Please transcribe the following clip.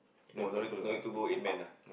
oh no need no need to go eight men ah